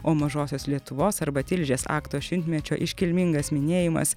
o mažosios lietuvos arba tilžės akto šimtmečio iškilmingas minėjimas